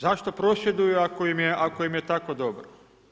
Zašto prosvjeduju ako im je tako dobro?